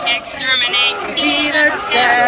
Exterminate